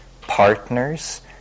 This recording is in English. partners